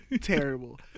terrible